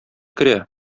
керә